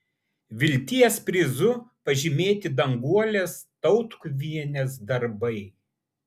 vilties prizu pažymėti danguolės tautkuvienės darbai